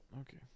Okay